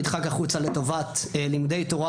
נדחק החוצה לטובת לימודי תורה,